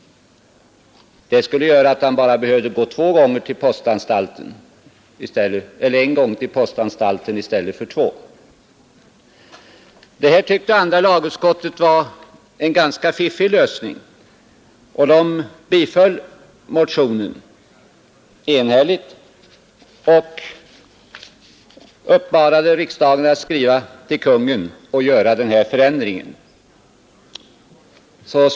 Det skulle göra att han bara behövde gå en gång till postanstalten i stället för två. Det här tyckte andra lagutskottet var en ganska fiffig lösning. Det tillstyrkte motionen enhälligt och uppmanade riksdagen att skriva till Kungl. Maj:t och begära en sådan ändring, vilket riksdagen gjorde.